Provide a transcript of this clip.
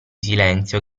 silenzio